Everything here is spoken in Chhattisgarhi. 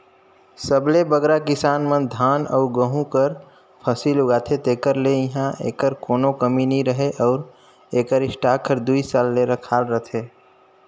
सबले बगरा किसान मन धान अउ गहूँ कर फसिल उगाथें तेकर ले इहां एकर कोनो कमी नी रहें अउ एकर स्टॉक हर दुई साल ले रखाल रहथे